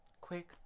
quick